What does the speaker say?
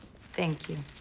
thank you.